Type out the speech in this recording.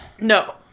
No